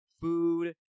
food